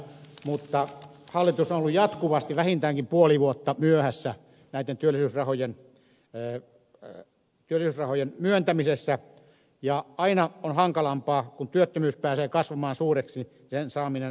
mutta hallitus on ollut jatkuvasti vähintäänkin puoli vuotta myöhässä näitten työllisyysrahojen myöntämisessä ja aina on hankalampaa kun työttömyys pääsee kasvamaan suureksi sen saaminen alemmalle tasolle